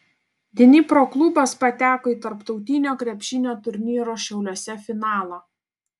dnipro klubas pateko į tarptautinio krepšinio turnyro šiauliuose finalą